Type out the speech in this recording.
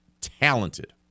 talented